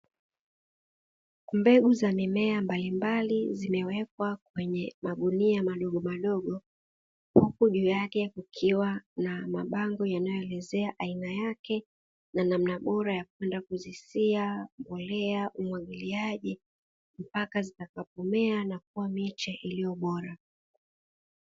Mbegu za mimea mbalimbali zimewekwa kwenye magunia madogomadogo, huku juu yake kukiwa na mabango yanayoelezea aina yake na namna bora ya kwenda kuzisia, mbolea, umwagiliaji mpaka zitakapomea na kuwa miche iliyo bora.